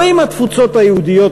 לא עם התפוצות היהודיות,